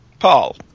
Paul